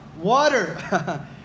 water